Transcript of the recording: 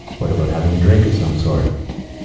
what about having a drink of some sort?